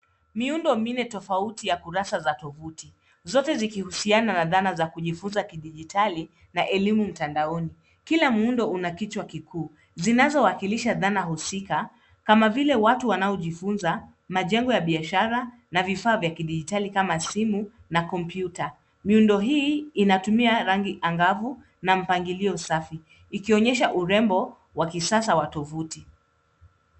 Miundombinu tofauti ya kurasa za tovuti zote zikihusiana na dhana za kujifunza kidijitali na elimu mtandaoni. Kila muundo una kichwa kikuu zinazowakilisha dhana husika kama vile watu wanaojifunza, majengo ya biashara na vifaa vya kidijitali kama simu na kompyuta. Miundo hii inatumia rangi angavu na mpangilio safi ikionyesha urembo wa kisasa wa tovuti.